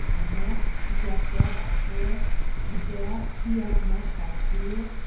and max he grabd dad by the hare and dad he yankd max by the ear,